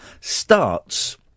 starts